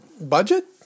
budget